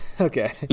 Okay